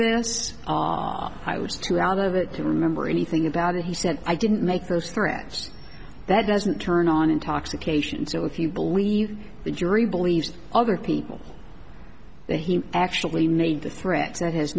was too out of it to remember anything about it he said i didn't make those threats that doesn't turn on intoxication so if you believe the jury believed other people that he actually made threats that has